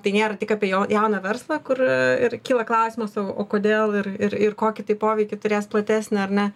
tai nėra tik apie jo jauną verslą kur ir kyla klausimas o o kodėl ir ir kokį tai poveikį turės platesnį ar ne